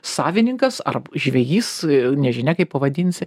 savininkas ar žvejys nežinia kaip pavadinsi